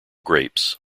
grapes